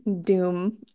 doom